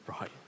right